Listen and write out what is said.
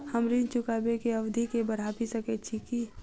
हम ऋण चुकाबै केँ अवधि केँ बढ़ाबी सकैत छी की?